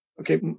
Okay